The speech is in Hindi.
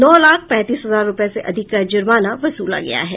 नौ लाख पैंतीस हजार रूपये से अधिक का जुर्माना वसूला गया है